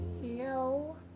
No